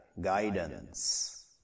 guidance